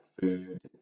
Food